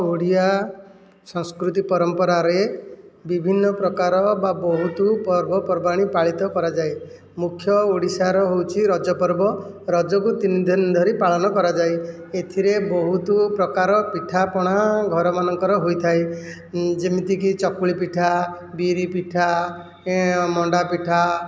ଓଡ଼ିଆ ସଂସ୍କୃତି ପରମ୍ପରାରେ ବିଭିନ୍ନ ପ୍ରକାର ବା ବହୁତ ପର୍ବ ପର୍ବାଣି ପାଳିତ କରାଯାଏ ମୁଖ୍ୟ ଓଡ଼ିଶାର ହେଉଛି ରଜ ପର୍ବ ରଜକୁ ତିନି ଦିନ ଧରି ପାଳନ କରାଯାଏ ଏଥିରେ ବହୁତ ପ୍ରକାର ପିଠାପଣା ଘର ମାନଙ୍କର ହୋଇଥାଏ ଯେମିତିକି ଚକୁଳି ପିଠା ବିରି ପିଠା ମଣ୍ଡାପିଠା